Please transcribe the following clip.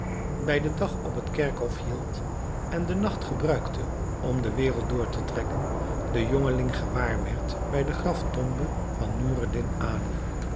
bij dag op het kerkhof hield en den nacht gebruikte om de wereld door te trekken den jongeling gewaar werd bij de graftombe van noureddin ali